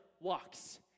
walks